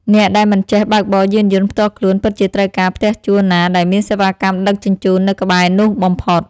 អ្នកដែលមិនចេះបើកបរយានយន្តផ្ទាល់ខ្លួនពិតជាត្រូវការផ្ទះជួលណាដែលមានសេវាកម្មដឹកជញ្ជូននៅក្បែរនោះបំផុត។